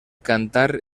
cantar